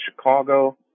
Chicago